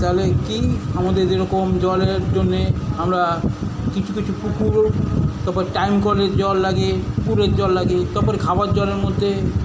তাহলে কী আমাদের যেরকম জলের জন্য আমরা কিছু কিছু পুকুরও তারপর টাইম কলের জল লাগে পুকুরের জল লাগে তারপরে খাবার জলের মধ্যে